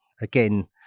again